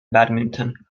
badminton